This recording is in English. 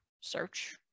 search